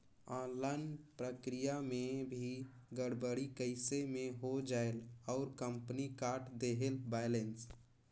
Online प्रक्रिया मे भी गड़बड़ी कइसे मे हो जायेल और कंपनी काट देहेल बैलेंस?